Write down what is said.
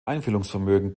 einfühlungsvermögen